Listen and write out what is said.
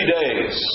days